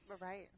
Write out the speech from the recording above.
Right